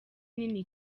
nini